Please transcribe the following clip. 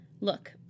Look